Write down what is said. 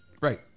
Right